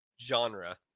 genre